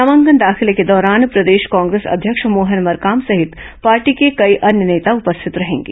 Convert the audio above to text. नामांकन दाखिले के दौरान प्रदेश कांग्रेस अध्यक्ष मोहन मरकाम सहित पार्टी के कई अन्य नेता उपस्थित रहेंगे